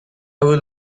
will